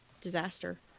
disaster